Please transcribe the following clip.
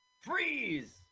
Freeze